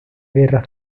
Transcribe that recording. guerra